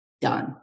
Done